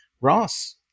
Ross